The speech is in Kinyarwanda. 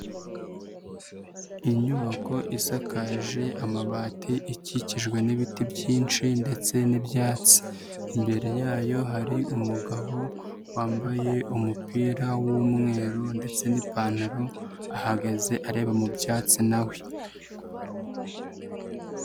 Inyubako isakaje amabati ikikijwe n'ibiti byinshi ndetse n'ibyatsi, imbere yayo hari umugabo wambaye umupira w'umweru ndetse n'ipantaro ahagaze areba mu byatsi na we.